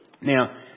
Now